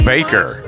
Baker